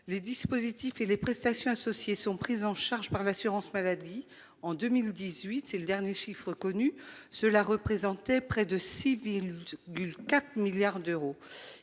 Les dispositifs et les prestations associées sont pris en charge par l’assurance maladie. En 2018, dernier chiffre connu, cela représentait près de 6,4 milliards d’euros.